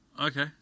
Okay